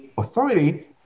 authority